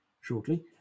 shortly